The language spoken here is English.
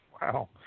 wow